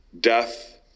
death